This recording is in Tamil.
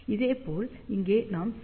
இதேபோல் இங்கே நாம் Cλ 0